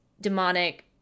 demonic